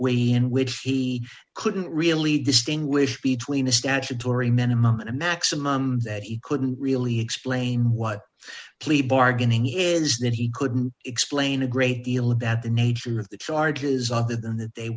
way in which he couldn't really distinguish between a statutory minimum and a maximum that he couldn't really explain what plea bargaining is that he couldn't explain a great deal about the nature of the charges other than that they